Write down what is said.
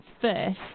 first